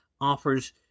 offers